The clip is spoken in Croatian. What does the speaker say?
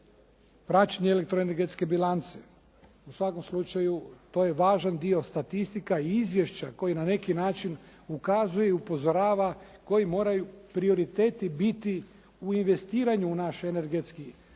praćenje elektroenergetske bilance. U svakom slučaju to je važan dio statistika i izvješća koji na neki način ukazuje i upozorava koji moraju prioriteti biti u investiranju u naš energetski sektor.